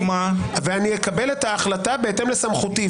ואני אקבל את ההחלטה בהתאם לסמכותי.